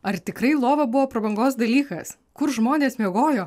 ar tikrai lova buvo prabangos dalykas kur žmonės miegojo